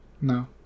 No